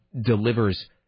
delivers